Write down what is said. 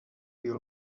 deal